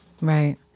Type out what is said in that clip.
Right